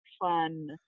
fun